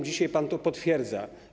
Dzisiaj pan to potwierdza.